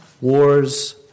wars